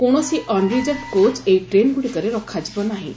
କୌଣସି unreserved coach ଏହି ଟ୍ରେନ୍ଗୁଡ଼ିକରେ ରଖାଯିବ ନାହିଁ